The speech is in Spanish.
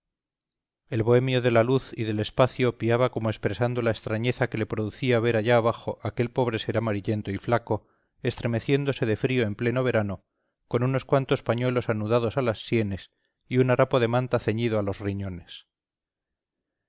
el bohemio de la luz y del espacio piaba como expresando la extrañeza que le producía ver allá abajo aquel pobre ser amarillento y flaco estremeciéndose de frío en pleno verano con unos cuantos pañuelos anudados a las sienes y un harapo de manta ceñido a los riñones